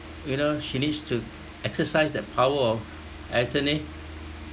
you know she needs to exercise that power of attorney